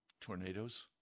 tornadoes